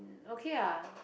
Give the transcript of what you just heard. okay lah